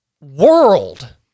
world